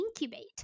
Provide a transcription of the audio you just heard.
incubate